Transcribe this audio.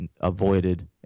avoided